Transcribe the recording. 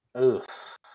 oof